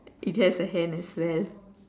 it has a hand as well